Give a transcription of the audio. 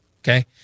Okay